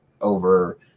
over